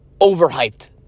overhyped